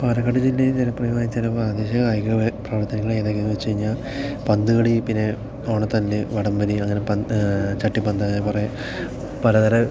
പാലക്കാട് ജില്ലയിലെ ജനപ്രിയമായ ചില കായിക പ്രവർത്തനങ്ങൾ ഏതൊക്കെയാണെന്ന് വെച്ച് കഴിഞ്ഞാൽ പന്ത് കളി പിന്നെ ഓണത്തല്ല് വടംവലി അങ്ങനെ പന്ത് ചട്ടിപന്ത് അങ്ങനെ കുറെ പലതരം